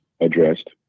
addressed